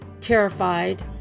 terrified